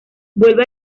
vuelve